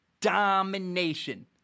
domination